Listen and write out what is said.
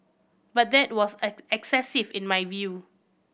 but that was excessive in my view